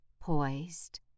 poised